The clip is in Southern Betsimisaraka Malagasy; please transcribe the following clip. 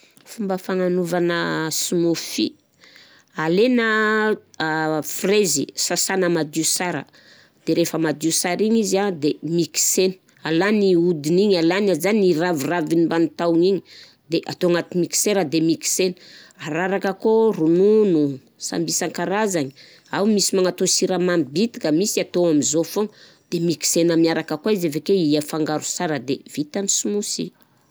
Fomba fagnanaovagna smoothie: alaina frezy, sasana madio sara de rehefa madio sara igny izy an de mixegna, alagna i hodiny igny, alagna zany i raviraviny mbany tahony igny de atao agnaty mixeur de mixena, araraka akao ronono sambisan-karazagny, ao misy magnatosy siramamy bitika, misy atao am'zao foana de mixena miaraka akào izy avkeo i afangaro sara de vita ny smoothie.